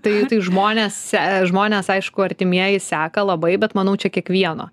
tai tai žmonės se žmonės aišku artimieji seka labai bet manau čia kiekvieno